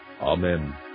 Amen